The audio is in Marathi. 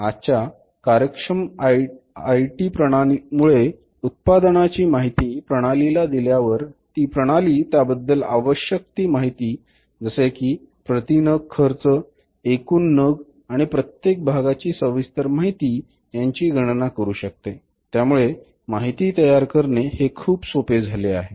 आजच्या कार्यक्षम आयटी प्रणालीमुळे उत्पादनाची माहिती प्रणालीला दिल्यावर ती प्रणाली त्याबद्दल आवश्यक ती माहिती जसे की प्रती नग खर्च एकूण नग आणि प्रत्येक भागाची सविस्तर माहिती यांचे गणन करू शकते त्यामुळे माहिती तयार करणे हे खूप सोपे झाले आहे